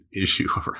issue